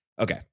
Okay